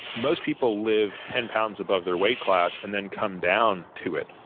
most people lived ten pounds above their weight class and then come down to it.